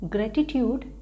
Gratitude